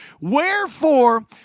Wherefore